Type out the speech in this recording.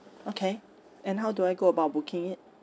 okay and how do I go about booking it